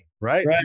right